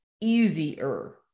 easier